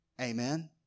Amen